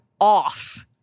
off